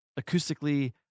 acoustically